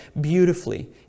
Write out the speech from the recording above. beautifully